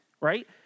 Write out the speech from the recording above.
right